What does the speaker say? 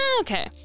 Okay